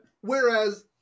Whereas